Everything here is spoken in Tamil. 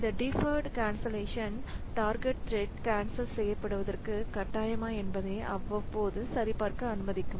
இந்த deferred cancellation target thread cancel செய்யப்படுவதற்கு கட்டாயமா என்பதை அவ்வப்போது சரிபார்க்க அனுமதிக்கும்